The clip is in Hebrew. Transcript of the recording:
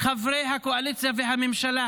חברי הקואליציה והממשלה,